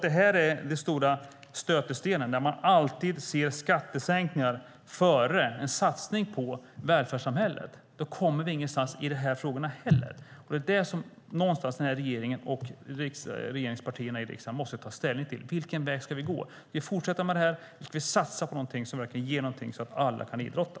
Den stora stötestenen är att om vi alltid sätter skattesänkningar före en satsning på välfärdssamhället kommer vi ingenstans i de här frågorna heller. Regeringen och regeringspartierna i riksdagen måste ta ställning till vilken väg vi ska gå. Vill vi fortsätta med det här ska vi satsa på någonting som verkligen ger någonting så att alla kan idrotta.